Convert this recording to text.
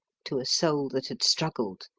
to a soul that had struggled,